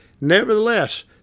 Nevertheless